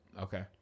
Okay